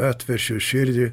atvešiu širdį